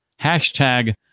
hashtag